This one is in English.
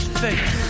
face